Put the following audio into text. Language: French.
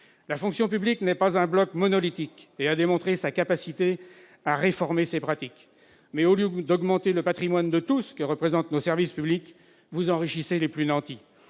La fonction publique n'est pas un bloc monolithique. Elle a démontré sa capacité à réformer ses pratiques. Mais, au lieu d'augmenter ce patrimoine de tous que représentent nos services publics, vous enrichissez les plus nantis.